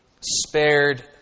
spared